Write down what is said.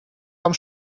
komm